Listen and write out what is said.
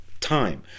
time